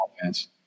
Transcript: offense